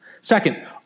Second